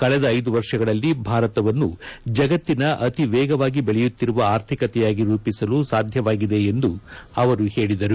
ಕಳೆದ ಐದು ವರ್ಷಗಳಲ್ಲಿ ಭಾರತವನ್ನು ಜಗತ್ತಿನ ಅತೀ ವೇಗವಾಗಿ ಬೆಳೆಯುತ್ತಿರುವ ಆರ್ಥಿಕತೆಯಾಗಿ ರೂಪಿಸಲು ಸಾಧ್ಯವಾಗಿದೆ ಎಂದು ಅವರು ಹೇಳಿದರು